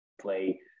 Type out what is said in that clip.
play